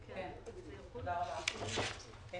בבקשה.